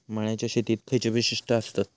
मळ्याच्या शेतीची खयची वैशिष्ठ आसत?